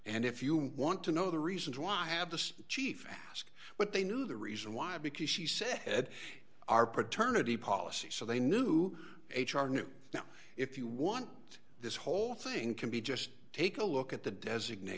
and if you want to know the reasons why i have the chief ask but they knew the reason why because she said our paternity policy so they knew h r knew now if you want this whole thing can be just take a look at the designat